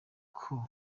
uko